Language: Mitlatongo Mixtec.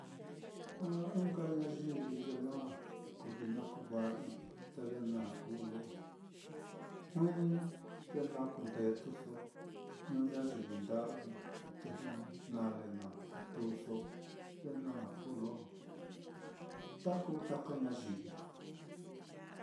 A ɨ́ɨ́n nka ñayivi ye na ku vií na kuva'ai, te ye na kuu lo juinii, ye na kundetuso ñuu ñayivi nda'vi, te jnu nale na kutuso, ye na kuu lo nda kuu taka ñayivi.